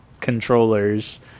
controllers